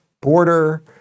border